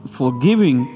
forgiving